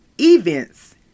events